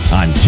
on